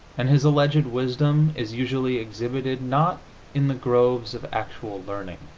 and his alleged wisdom is usually exhibited, not in the groves of actual learning,